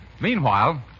Meanwhile